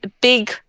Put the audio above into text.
big